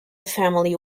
family